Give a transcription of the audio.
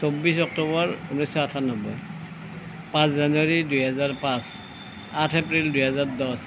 চৌব্বিছ অক্টোবৰ ঊনৈছশ আঠানব্বৈ পাঁচ জানুৱাৰী দুহেজাৰ পাঁচ আঠ এপ্ৰিল দুহেজাৰ দহ